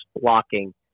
blocking